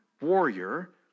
warrior